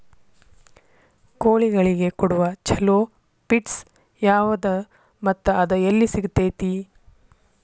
ಕೋಳಿಗಳಿಗೆ ಕೊಡುವ ಛಲೋ ಪಿಡ್ಸ್ ಯಾವದ ಮತ್ತ ಅದ ಎಲ್ಲಿ ಸಿಗತೇತಿ?